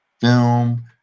film